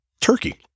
Turkey